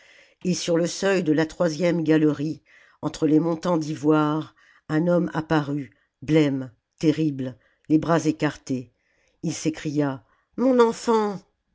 et sur le seuil de la troisième galerie entre les montants d'ivoire un homme apparut blême terrible les bras écartés il s'écria mon enfant